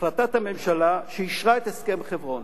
החלטת הממשלה שאישרה את הסכם חברון.